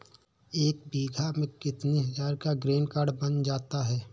एक बीघा में कितनी हज़ार का ग्रीनकार्ड बन जाता है?